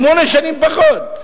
שמונה שנים פחות.